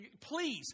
please